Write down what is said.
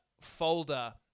folder